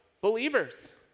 believers